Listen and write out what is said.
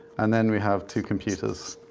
and then we have two computers.